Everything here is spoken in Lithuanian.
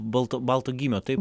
balto balto gymio taip